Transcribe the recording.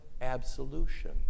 absolution